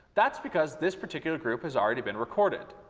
that's because this particular group has already been recorded.